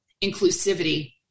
inclusivity